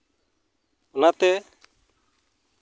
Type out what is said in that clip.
ᱚᱱᱟᱛᱮ